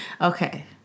Okay